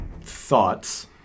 thoughts